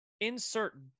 insert